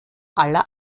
aller